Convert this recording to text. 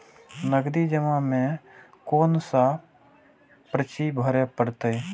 नगदी जमा में कोन सा पर्ची भरे परतें?